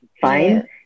fine